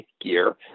gear